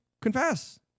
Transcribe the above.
confess